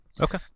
Okay